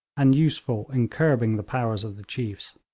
and useful in curbing the powers of the chiefs.